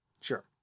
sure